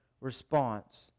response